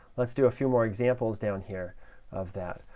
let's do a few more examples down here of that.